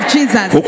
Jesus